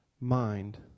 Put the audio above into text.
mind